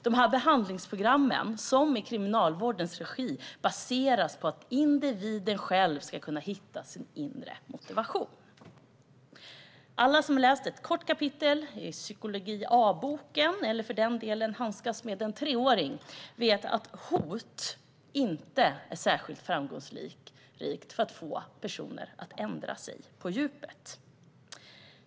Dessa behandlingsprogram i kriminalvårdens regi baseras på att individen själv ska kunna hitta sin inre motivation. Alla som har läst bara ett kort kapitel i en bok om psykologi, eller som för den delen handskas med en treåring, vet att hot inte är särskilt framgångsrikt för att få personer att ändra sig på djupet.